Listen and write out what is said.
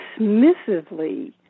dismissively